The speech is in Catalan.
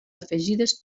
afegides